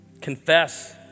Confess